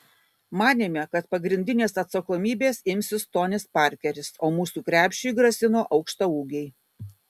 manėme kad pagrindinės atsakomybės imsis tonis parkeris o mūsų krepšiui grasino aukštaūgiai